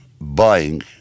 buying